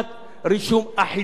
עם ממשק למשרד.